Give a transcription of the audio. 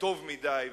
טוב מדי,